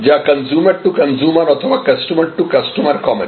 যা consumer to consumer অথবা customer to customer commerce